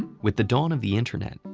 with the dawn of the internet,